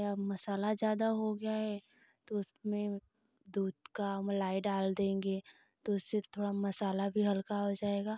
या मसाला ज़्यादा हो गया है तो उसमें दूध का मलाई डाल देंगे तो उससे थोड़ा मसाला भी हल्का हो जाएगा